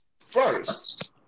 first